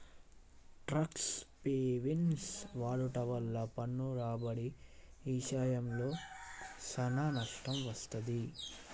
talks హెవెన్సి వాడుట వల్ల పన్ను రాబడి ఇశయంలో సానా నష్టం వత్తది